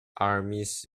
armies